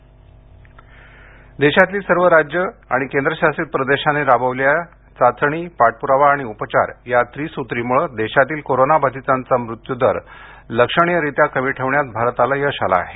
देश कोविड देशातली सर्व राज्य राज्य आणि केंद्रशासित प्रदेशांनी राबवलेल्या चाचणी पाठपुरावा आणि उपचार या त्रिसूत्रीमुळे देशातीलकोरोना बाधितांचा मृत्यू दर लक्षणीयरित्या कमी ठेवण्यात भारताला यश आलं आहे